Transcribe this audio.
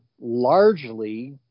largely